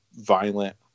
violent